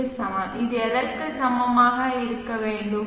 க்கு சமம் இது எதற்கு சமமாக இருக்க வேண்டும்